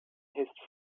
hissed